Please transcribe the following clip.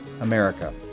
America